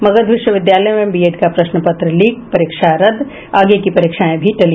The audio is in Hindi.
मगध विश्वविद्यालय में बीएड का प्रश्नपत्र लीक परीक्षा रद्द आगे की परीक्षाएं भी टली